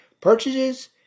purchases